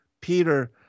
Peter